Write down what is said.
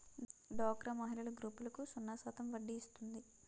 డోక్రా మహిళల గ్రూపులకు సున్నా శాతం వడ్డీ ఇస్తుంది